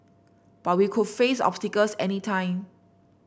but we could face obstacles any time